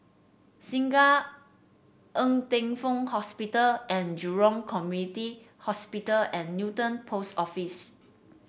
Segar Ng Teng Fong Hospital and Jurong Community Hospital and Newton Post Office